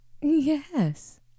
Yes